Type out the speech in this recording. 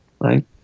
Right